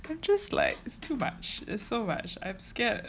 but just like it's too much it's so much I'm scared